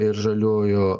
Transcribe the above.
ir žaliųjų